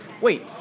Wait